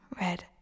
red